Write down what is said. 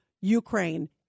Ukraine